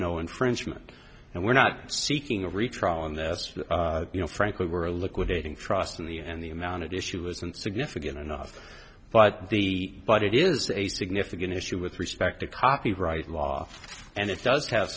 no infringement and we're not seeking a retrial and that's you know frankly were a liquidating trust in the and the amount of issue isn't significant enough but the but it is a significant issue with respect to copyright law and it does have